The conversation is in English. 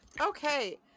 Okay